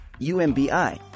UMBI